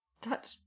touch